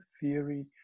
theory